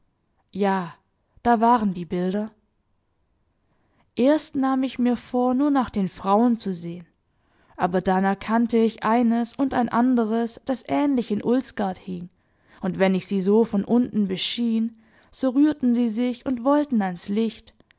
ja da waren die bilder erst nahm ich mir vor nur nach den frauen zu sehen aber dann erkannte ich eines und ein anderes das ähnlich in ulsgaard hing und wenn ich sie so von unten beschien so rührten sie sich und wollten ans licht